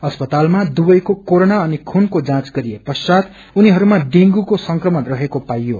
अस्पतालमा दुवैको कोरोना अनि खूनको जाँच गरिए पश्चात उनीहरूमा डत्रगूको संक्रमण रहेको पाइयो